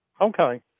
Okay